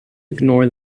ignore